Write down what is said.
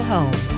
Home